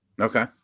Okay